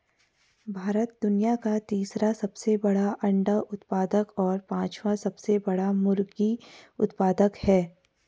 भारत दुनिया का तीसरा सबसे बड़ा अंडा उत्पादक और पांचवां सबसे बड़ा मुर्गी उत्पादक है